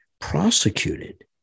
prosecuted